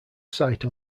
site